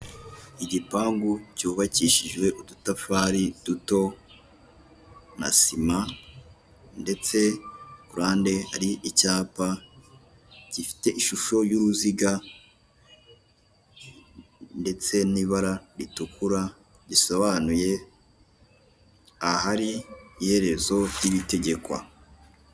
Inzu ifite ibara ry'umweru ndetse n'inzugi zifite ibaraya gusa umweru n'ibirahure by'umukara hasi hari amakaro ifite ibyumba bikodeshwa ibihumbi ijana na mirongo itanu by'amafaranga y'u Rwanda.